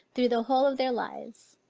through the whole of their lives.